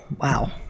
Wow